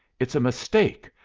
it's a mistake.